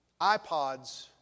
iPods